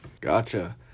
Gotcha